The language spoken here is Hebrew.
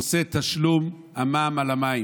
נושא תשלום המע"מ על המים.